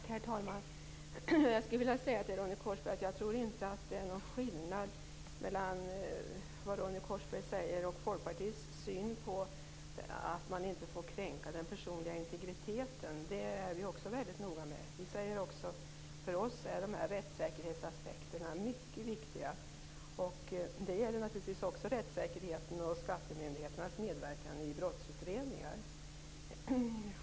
Herr talman! Jag skulle vilja säga till Ronny Korsberg att jag inte tror att det är någon skillnad mellan vad han säger och Folkpartiets syn på att man inte får kränka den personliga integriteten. Det är vi också mycket noga med. För oss är rättssäkerhetsaspekterna mycket viktiga. Det gäller naturligtvis också rättssäkerheten och skattemyndigheternas medverkan i brottsutredningar.